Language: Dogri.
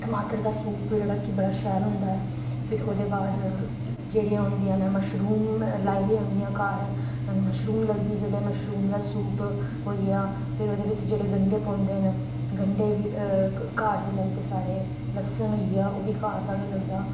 टमाटर दा सूप जेह्ड़ा कि बड़ा शैल होंदा ऐ फिर ओह्दे बाद जेह्ड़ियां होंदियां न मशरूम लाई दियां होंदियां घर मशरूम लगदी जेल्लै मशरूम दा सूप होई गेआ फिर ओह्दे बिच्च जेह्ड़े गंढे पौंदे न गंढे बी घर दे लगदे साढ़े लहसन होई गेआ ओह् बी घर दा गै लगदा